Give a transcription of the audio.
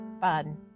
fun